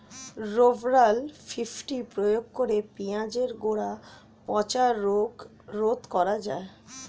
Rovral fifty প্রয়োগ করে পেঁয়াজের গোড়া পচা রোগ রোধ করা যায়?